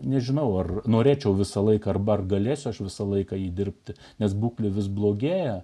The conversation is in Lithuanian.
nežinau ar norėčiau visą laiką arba ar galėsiu aš visą laiką jį dirbti nes būklė vis blogėja